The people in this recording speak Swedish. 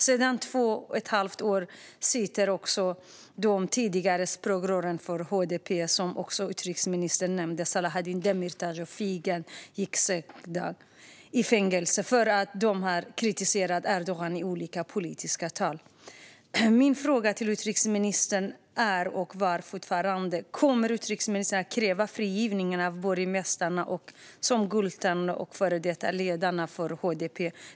Sedan två och ett halvt år sitter också de tidigare språkrören för HDP, Selahattin Demirtas och Figen Yüksekdag, som utrikesministern också nämnde, i fängelse för att ha kritiserat Erdogan i olika politiska tal. Min fråga till utrikesministern var och är fortfarande: Kommer utrikesministern att kräva frigivning av borgmästarna, som Gültan, och de före detta ledarna för HDP?